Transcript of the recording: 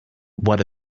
what